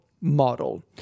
model